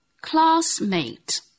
classmate